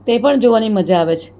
તે પણ જોવાની મજા આવે છે